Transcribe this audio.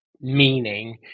meaning